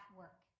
work